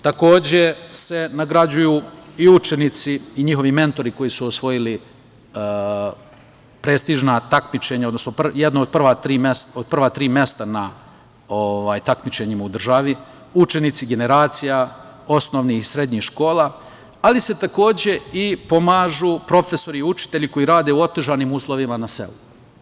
Takođe se nagrađuju i učenici i njihovi mentori koji su osvojili prestižna takmičenja, odnosno jedna od prva tri mesta na takmičenjima u državi, učenici generacija, osnovnih i srednjih škola, ali se takođe i pomažu profesori i učitelji koji rade u otežanim uslovima na selu.